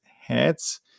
heads